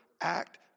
act